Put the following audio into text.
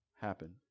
happen